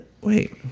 Wait